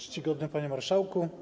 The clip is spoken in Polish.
Czcigodny Panie Marszałku!